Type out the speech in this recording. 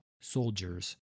soldiers